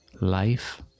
life